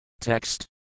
Text